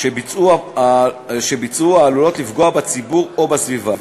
שביצעו תקלות העלולות לפגוע בציבור או בסביבה,